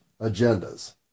agendas